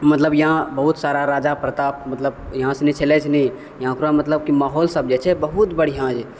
मतलब यहाँ बहुत सारा राजा प्रताप मतलब यहाँ सनी छलै यहाँके मलतब माहौल सब जे छै बहुत बढ़िआँ